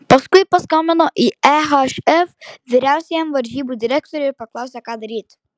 paskui paskambino į ehf vyriausiajam varžybų direktoriui ir paklausė ką daryti